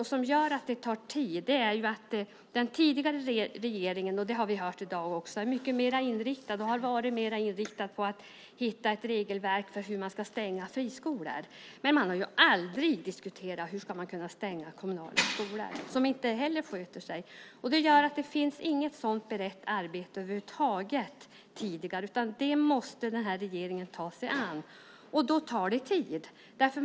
Det som gör att det tar tid, och är ett bekymmer, är att den tidigare regeringen - det har vi hört tidigare i dag - var mer inriktad på att få fram ett regelverk för att stänga friskolor, men man diskuterade aldrig stängning av kommunala skolor som inte heller sköter sig. Det gör att det inte finns något berett arbete över huvud taget utan det måste den här regeringen ta sig an. Det tar tid.